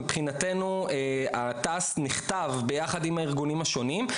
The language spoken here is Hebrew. מבחינתנו התע"ס נכתב ביחד עם הארגונים השונים,